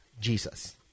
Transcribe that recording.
Jesus